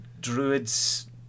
druid's